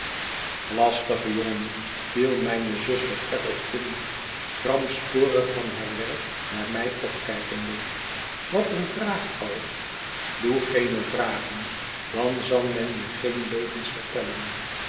lastige jongen viel mijne zuster eropin gramstorig van haar werk naar mij opkijkende wat een vraagal doe geene vragen dan zal men je geen leugens vertellen